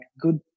good